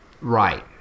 Right